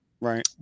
Right